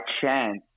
chance